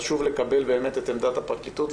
חשוב לקבל באמת גם את עמדת הפרקליטות,